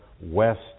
west